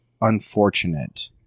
unfortunate